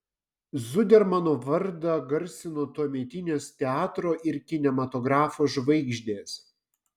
zudermano vardą garsino tuometinės teatro ir kinematografo žvaigždės